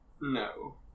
No